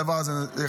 הדבר הזה חשוב.